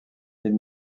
est